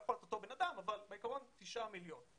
בעיקרון תשעה מיליון.